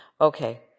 Okay